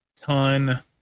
ton